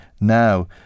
now